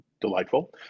delightful